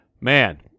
man